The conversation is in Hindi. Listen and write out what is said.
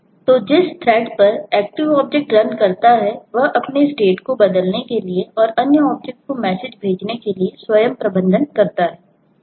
तो जिस थ्रेड प्रदान करनी होगी